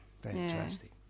Fantastic